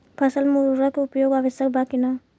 फसल में उर्वरक के उपयोग आवश्यक बा कि न?